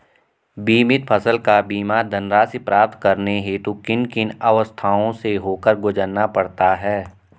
बीमित फसल का बीमा धनराशि प्राप्त करने हेतु किन किन अवस्थाओं से होकर गुजरना पड़ता है?